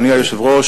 1. אדוני היושב-ראש,